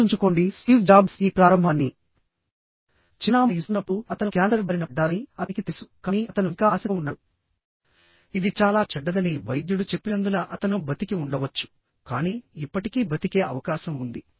గుర్తుంచుకోండి Steve Jobs ఈ ప్రారంభాన్ని చిరునామా ఇస్తున్నప్పుడు అతను క్యాన్సర్ బారిన పడ్డారని అతనికి తెలుసు కానీ అతను ఇంకా ఆశతో ఉన్నాడు ఇది చాలా చెడ్డదని వైద్యుడు చెప్పినందున అతను బతికి ఉండవచ్చు కానీ ఇప్పటికీ బతికే అవకాశం ఉంది